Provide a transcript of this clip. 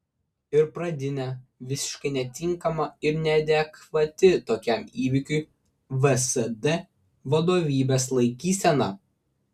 ir pradinė visiškai netinkama ir neadekvati tokiam įvykiui vsd vadovybės laikysena